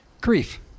grief